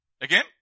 Again